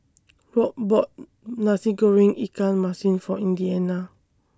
Rob bought Nasi Goreng Ikan Masin For Indiana